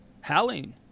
howling